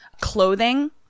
clothing